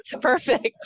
Perfect